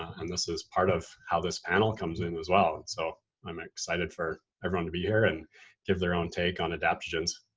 and this is part of how this panel comes in as well. and so i'm excited for everyone to be here and give their own take on adaptogens.